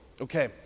Okay